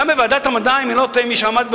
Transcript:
גם בוועדת המדע, אם אני לא טועה, מי שעמד בראשה,